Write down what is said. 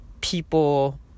people